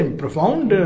profound